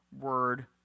word